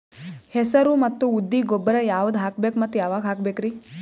ಹೆಸರು ಮತ್ತು ಉದ್ದಿಗ ಗೊಬ್ಬರ ಯಾವದ ಹಾಕಬೇಕ ಮತ್ತ ಯಾವಾಗ ಹಾಕಬೇಕರಿ?